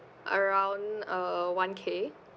around uh one K